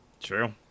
True